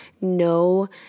no